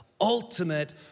ultimate